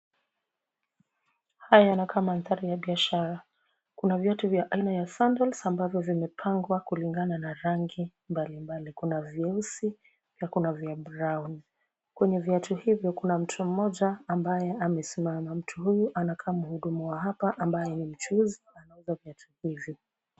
Haya yanakaa mandhari ya biashara. Kuna viatu vya aina ya sandals ambavyo zimepangwa kulingana na rangi mbalimbali. Kuna vyeusi na kuna vya brown . Kwenye viatu hivyo kuna mtu mmoja ambaye amesimama. Mtu huyu anakaa mhudumu wa hapa ambaye ni mchuuzi anauza viatu hizi.